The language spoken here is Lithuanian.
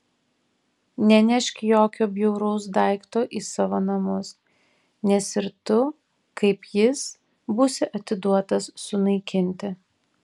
nenešk jokio bjauraus daikto į savo namus nes ir tu kaip jis būsi atiduotas sunaikinti